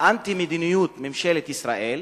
אנטי מדיניות ממשלת ישראל,